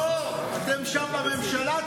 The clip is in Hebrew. לא, אתם שם בממשלה.